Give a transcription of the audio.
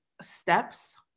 steps